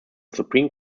supreme